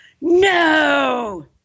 no